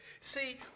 See